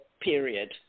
period